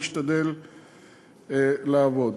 נשתדל לעבוד.